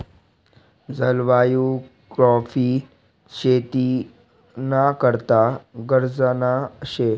जलवायु काॅफी शेती ना करता गरजना शे